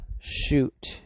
shoot